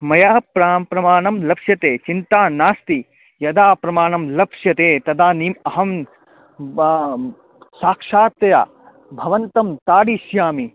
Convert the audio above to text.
मया प्रांं प्रमाणं लप्स्यते चिन्ता नास्ति यदा प्रमाणं लप्स्यते तदानीम् अहं ब साक्षात् भवन्तं ताडिष्यामि